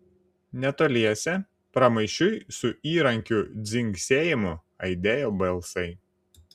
netoliese pramaišiui su įrankių dzingsėjimu aidėjo balsai